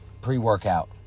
pre-workout